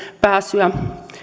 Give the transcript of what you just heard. pääsyä